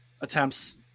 attempts